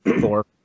four